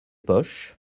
poches